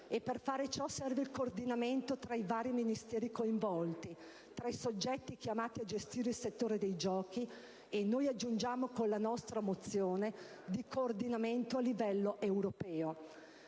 Per fare ciò, serve il coordinamento tra i vari Ministeri coinvolti, tra i soggetti chiamati a gestire il settore dei giochi e - noi aggiungiamo con la nostra mozione - il coordinamento a livello europeo.